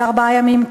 שזה ארבעה ימים,